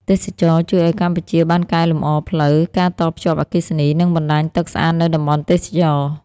ទេសចរណ៍ជួយឲ្យកម្ពុជាបានកែលម្អផ្លូវ ការតភ្ជាប់អគ្គិសនី និងបណ្តាញទឹកស្អាតនៅតំបន់ទេសចរណ៍។